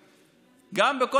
גם בוועדת הכספים,